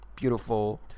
beautiful